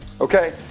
Okay